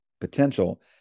potential